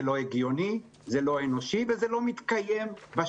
זה לא הגיוני, לא אנושי, וזה לא מתקיים בשטח.